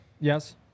Yes